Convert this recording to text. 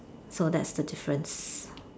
so that's the difference